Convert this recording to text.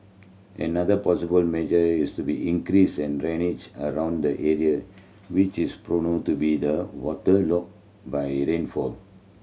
another possible measure is to be increase and drainage around the area which is prone to be the waterlogged by rainfall